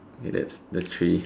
K that's that's three